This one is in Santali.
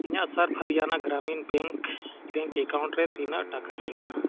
ᱤᱧᱟᱹᱜ ᱨᱮ ᱛᱤᱱᱟᱹᱜ ᱴᱟᱟ ᱢᱮᱱᱟᱜᱼᱟ